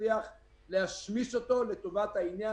נצליח להשמיש אותו לטובת העניין.